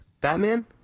Batman